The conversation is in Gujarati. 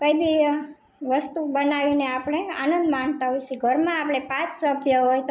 કંઇ બી વસ્તુ બનાવીને આપણે આનંદ માણતા હોય છે ઘરમાં આપળે પાંચ સભ્ય હોય તો